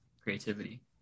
creativity